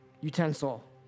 utensil